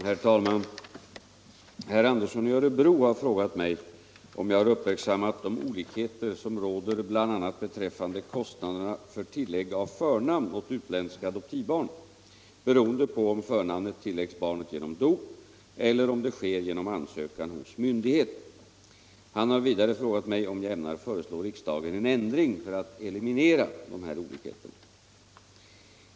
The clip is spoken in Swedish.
Herr talman! Herr Andersson i Örebro har frågat mig om jag har uppmärksammat de olikheter som råder bl.a. beträffande kostnaderna för tillägg av förnamn åt utländska adoptivbarn beroende på om förnamnet tilläggs barnet genom dop eller om det sker genom ansökan hos myndighet. Han har vidare frågat mig om jag ämnar föreslå riksdagen en ändring för att eliminera dessa olikheter.